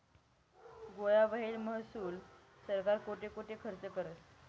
गोया व्हयेल महसूल सरकार कोठे कोठे खरचं करस?